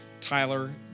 Tyler